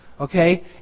Okay